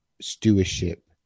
stewardship